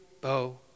bow